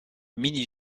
mini